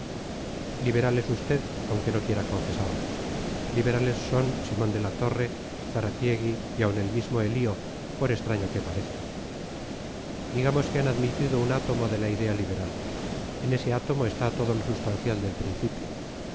es usted aunque no quiera confesarlo liberales son simón de la torre zaratiegui y aun el mismo elío por extraño que parezca digamos que han admitido un átomo de la idea liberal en ese átomo está todo lo sustancial del principio